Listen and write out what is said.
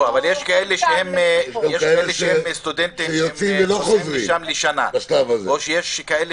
אבל יש סטודנטים שנוסעים לשנה או שיש כאלה